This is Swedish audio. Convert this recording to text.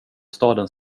staden